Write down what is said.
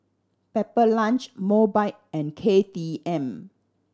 Pepper Lunch Mobike and K T M